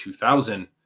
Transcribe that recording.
2000